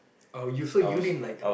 oh you so you didn't like her